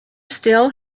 still